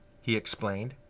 he explained.